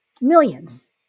Millions